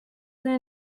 they